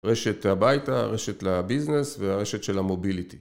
רשת הביתה, רשת לביזנס והרשת של המוביליטי